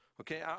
Okay